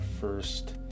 first